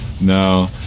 No